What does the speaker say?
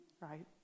right